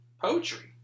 poetry